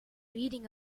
reading